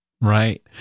Right